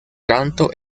canto